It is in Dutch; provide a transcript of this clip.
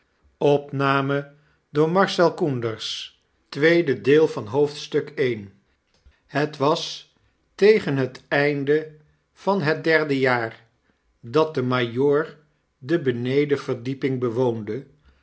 het was tegen het einde van het derdejaar dat de majoor de benedenverdieping bewoonde